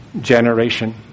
generation